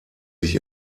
sich